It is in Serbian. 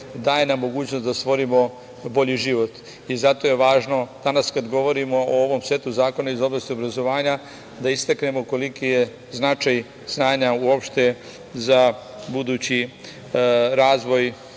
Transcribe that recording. daje nam mogućnost da stvorimo bolji život. Zato je važno, danas kada govorimo o ovom setu zakona iz oblasti obrazovanja, da istaknemo koliki je značaj znanja uopšte za budući razvoj